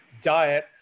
diet